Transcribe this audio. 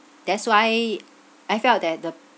that's why I felt that the